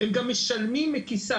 הם גם משלמים מכיסם,